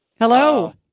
Hello